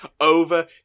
over